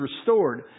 restored